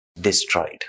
destroyed